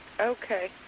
Okay